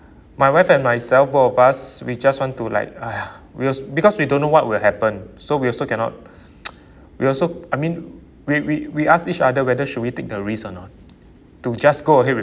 my wife and myself both of us we just want to like !aiya! we was because we don't know what will happen so we also cannot we also I mean we we we ask each other whether should we take the risk or not to just go ahead with